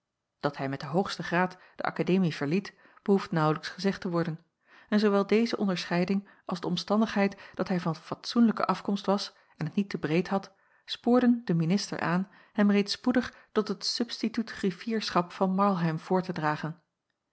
dat hij met den hoogsten graad de akademie verliet behoeft naauwlijks gezegd te worden en zoowel deze onderscheiding als de omstandigheid dat hij van fatsoenlijke afkomst was en t niet te breed had spoorden den minister aan hem reeds spoedig tot het substituut griffierschap van marlheim voor te dragen